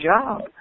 job